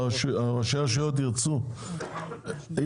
ראשי הרשויות ירצו שיהיה להם סניף דואר.